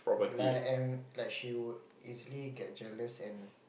like and like she would easily get jealous and